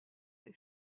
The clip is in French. est